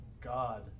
God